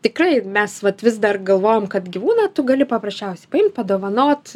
tikrai mes vat vis dar galvojam kad gyvūną tu gali paprasčiausiai paimt padovanot